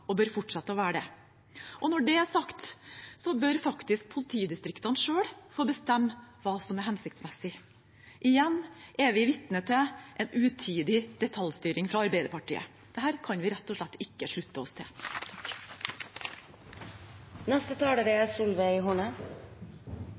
og bør fortsette å være det. Når det er sagt, bør politidistriktene selv få bestemme hva som er hensiktsmessig. Igjen er vi vitne til en utidig detaljstyring fra Arbeiderpartiets side. Dette kan vi rett og slett ikke slutte oss til. Det er